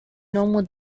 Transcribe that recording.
normal